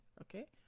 okay